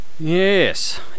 Yes